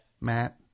Matt